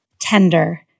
tender